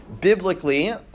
Biblically